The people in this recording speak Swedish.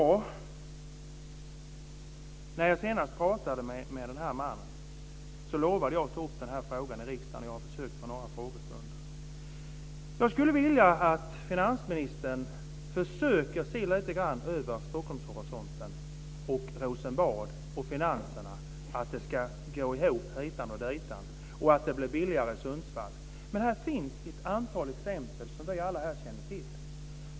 När jag senast pratade med den här mannen lovade jag att ta upp den här frågan i riksdagen, och jag har försökt under några frågestunder. Jag skulle vilja att finansministern försöker se lite grann över Stockholmshorisonten, Rosenbad, finanserna, att det ska gå ihop hit och dit och att det blir billigare i Sundsvall. Det finns ett antal exempel som vi alla här känner till.